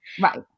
Right